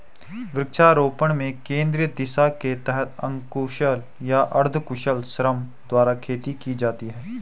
वृक्षारोपण में केंद्रीय दिशा के तहत अकुशल या अर्धकुशल श्रम द्वारा खेती की जाती है